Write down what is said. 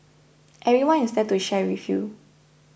everyone is there to share with you